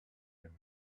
him